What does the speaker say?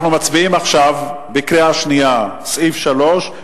אנחנו מצביעים עכשיו בקריאה שנייה על סעיף 3,